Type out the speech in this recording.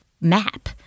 map